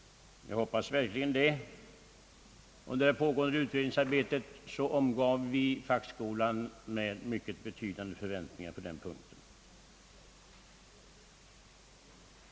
Jag hoppas verkligen det. Under pågående utredning omgav vi fackskolan med mycket betydande förväntningar på den här punkten.